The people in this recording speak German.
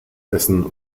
essen